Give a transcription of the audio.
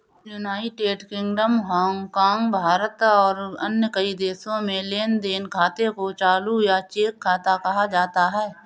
United Kingdom, Hong Kong, Bharat और कई अन्य देशों में लेन देन खाते को चालू या चेक खाता कहा जाता है